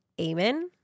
Amen